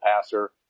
passer